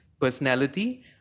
personality